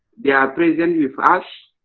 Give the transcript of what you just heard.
they are present with us,